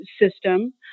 system